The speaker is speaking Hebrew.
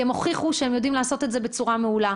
כי הם הוכיחו שהם יודעים לעשות את זה בצורה מעולה.